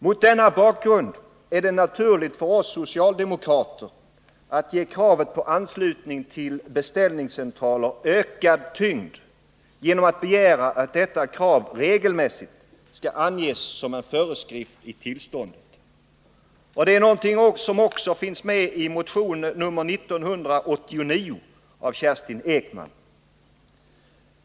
Mot denna bakgrund är det naturligt för oss socialdemokrater att ge kravet på anslutning till beställningscentraler ökad tyngd genom att begära att detta krav regelmässigt skall anges som en föreskrift i tillståndet. Detta krav finns också med i motion nr 1989 av Kerstin Ekman.